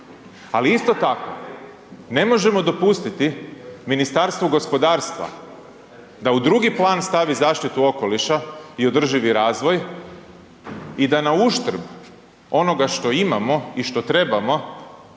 Ali isto tako ne možemo dopustiti Ministarstvu gospodarstva da u drugi plan stavi zaštitu okoliša i održivi razvoj i da na uštrb onoga što imamo i što trebamo